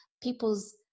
people's